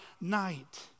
night